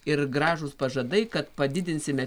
ir gražūs pažadai kad padidinsime